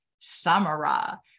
Samara